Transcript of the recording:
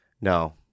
No